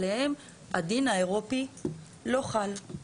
עליהם הדין האירופי לא חל.